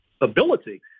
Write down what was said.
ability